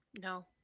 No